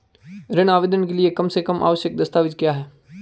ऋण आवेदन के लिए कम से कम आवश्यक दस्तावेज़ क्या हैं?